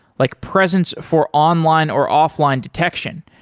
like presence for online or offline detection,